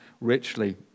Richly